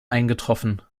eingetroffen